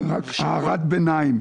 --- הערת ביניים,